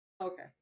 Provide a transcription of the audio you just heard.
okay